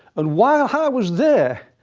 and while i was there,